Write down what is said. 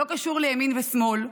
לא קשור לימין ושמאל,